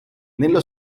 nello